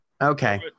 Okay